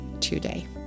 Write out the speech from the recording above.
today